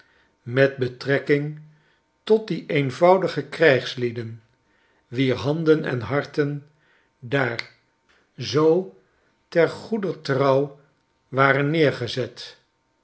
met betrekking tot die eenvoudige krijgslieden wier handen en harten daar zoo ter goeder trouw waren neergezet